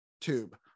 tube